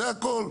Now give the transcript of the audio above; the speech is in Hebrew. זה הכול.